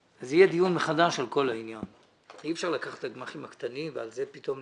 מאז ימי יואל בריס המודל הנכון להפעלה בגמ"חים הוא יחסי